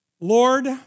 Lord